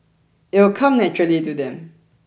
it'll come naturally to them